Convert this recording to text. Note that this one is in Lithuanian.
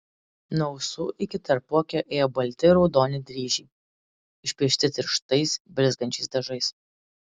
nuo ausų iki tarpuakio ėjo balti ir raudoni dryžiai išpiešti tirštais blizgančiais dažais